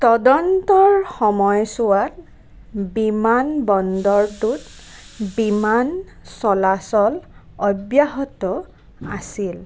তদন্তৰ সময়ছোৱাত বিমানবন্দৰটোত বিমান চলাচল অব্যাহত আছিল